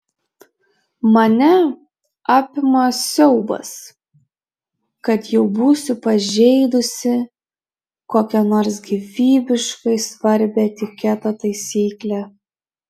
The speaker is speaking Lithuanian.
mane apima siaubas kad jau būsiu pažeidusi kokią nors gyvybiškai svarbią etiketo taisyklę